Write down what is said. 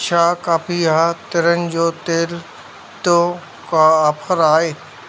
छा कापीहा तिरन जो तेलु तो का आफर आहे